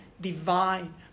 divine